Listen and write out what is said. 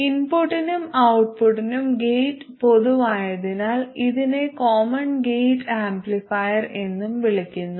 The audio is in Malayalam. ഇൻപുട്ടിനും ഔട്ട്പുട്ടിനും ഗേറ്റ് പൊതുവായതിനാൽ ഇതിനെ കോമൺ ഗേറ്റ് ആംപ്ലിഫയർ എന്നും വിളിക്കുന്നു